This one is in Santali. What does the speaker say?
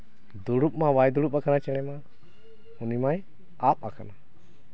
ᱫᱩᱲᱩᱵ ᱢᱟ ᱵᱟᱭ ᱫᱩᱲᱩᱵ ᱠᱟᱱᱟ ᱪᱮᱬᱮ ᱢᱟ ᱩᱱᱤ ᱢᱟᱭ ᱟᱯ ᱠᱟᱱᱟ